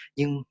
Nhưng